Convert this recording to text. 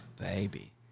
Baby